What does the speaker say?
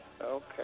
Okay